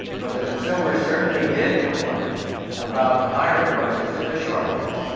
but the consumers certainly did complain about the higher prices for the short hauls.